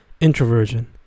Introversion